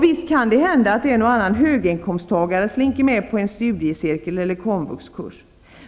Visst kan det förekomma att en och annan höginkomsttagare slinker med på en studiecirkel eller en komvuxkurs.